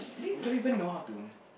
you don't even know how to